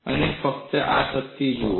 અને ફક્ત આ શક્તિઓ જુઓ